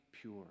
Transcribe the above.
pure